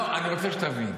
אני עשיתי צבא,